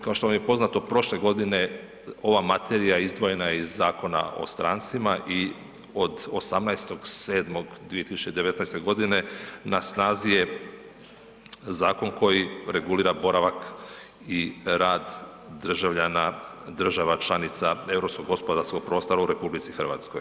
Kao što vam je poznato, prošle godine ova materija izdvojena je iz Zakona o strancima i od 18. 7. 2019. g. na snazi je zakon koji regulira boravak i rad državljana država članica europskog gospodarskog prostora u RH.